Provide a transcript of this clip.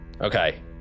Okay